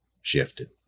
shifted